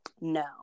No